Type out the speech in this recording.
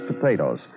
potatoes